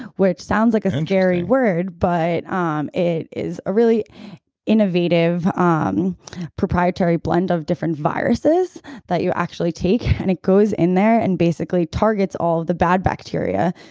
which interesting. sounds like a scary word, but um it is a really innovative, ah um proprietary blend of different viruses that you actually take and it goes in there and basically targets all of the bad bacteria.